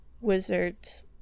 wizards